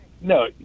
no